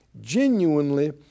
genuinely